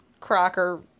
Crocker